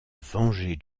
venger